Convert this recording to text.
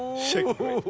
shakeel bhai,